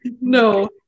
No